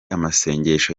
amasengesho